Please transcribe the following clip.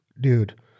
dude